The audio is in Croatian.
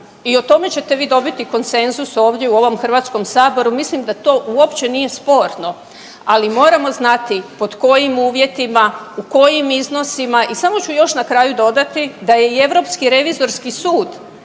i o tome ćete vi dobiti konsenzus ovdje u ovom Hrvatskom saboru mislim da to uopće nije sporno, ali moramo znati pod kojim uvjetima, u kojim iznosima i samo ću još na kraju dodati da je i Europski revizorski sud